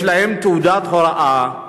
יש להם תעודת הוראה,